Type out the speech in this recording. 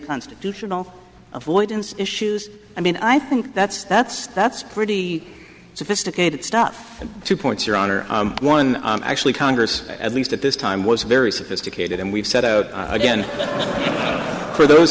constitutional avoidance issues i mean i think that's that's that's pretty sophisticated stuff and two points your honor one actually congress at least at this time was very sophisticated and we've set out again for those